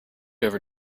over